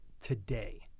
today